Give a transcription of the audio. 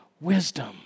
wisdom